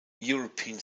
european